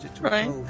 Right